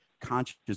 conscious